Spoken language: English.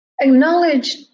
Acknowledge